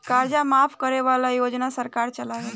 कर्जा माफ करे वाला योजना सरकार चलावेले